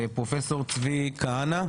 פרופסור צבי כהנא,